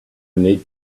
need